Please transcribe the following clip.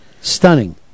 Stunning